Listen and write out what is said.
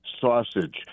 sausage